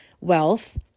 wealth